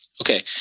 Okay